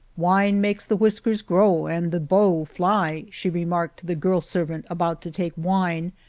wine makes the whisk ers grow and the beaux fly, she remarked to the girl-servant about to take wine,